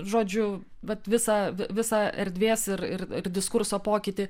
žodžiu vat visą visą erdvės ir ir diskurso pokytį